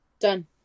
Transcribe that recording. Done